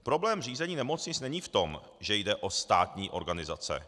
Problém řízení nemocnic není v tom, že jde o státní organizace.